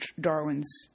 Darwin's